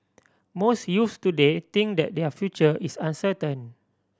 most youths today think that their future is uncertain